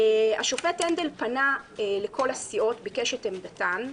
השופט הנדל פנה לכל הסיעות וביקש את עמדתן,